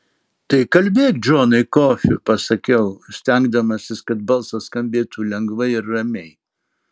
tai kalbėk džonai kofį pasakiau stengdamasis kad balsas skambėtų lengvai ir ramiai